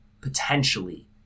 potentially